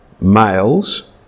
males